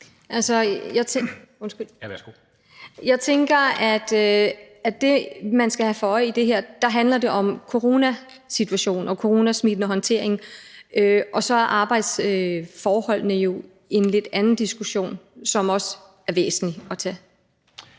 Jeg tænker, at det, man skal have for øje i det her, er coronasituationen og coronasmitten og håndteringen, og så er arbejdsforholdene jo en lidt anden diskussion, som også er væsentlig at tage.